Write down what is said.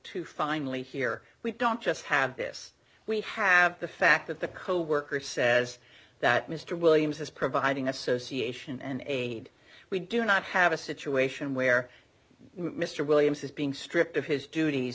to finally hear we don't just have this we have the fact that the coworker says that mr williams is providing association and aid we do not have a situation where mr williams is being stripped of his dut